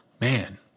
Man